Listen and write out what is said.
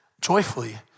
joyfully